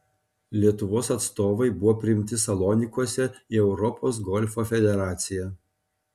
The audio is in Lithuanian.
lietuvos atstovai buvo priimti salonikuose į europos golfo federaciją